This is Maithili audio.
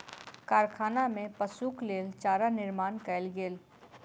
कारखाना में पशुक लेल चारा निर्माण कयल गेल